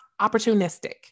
opportunistic